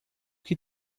que